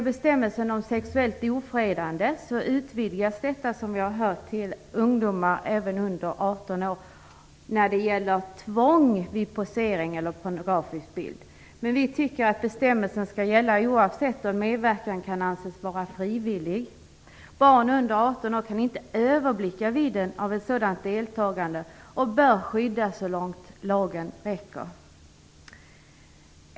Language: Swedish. Bestämmelsen om sexuellt ofredande utvidgas, som vi har hört, till att gälla även ungdomar under 18 år när det gäller tvång vid posering eller vid medverkan till pornografisk bild. Men vi tycker att bestämmelsen skall gälla oavsett om medverkan kan anses vara frivillig. Barn under 18 år kan inte överblicka vidden av ett sådant deltagande och bör därför skyddas så långt lagen räcker.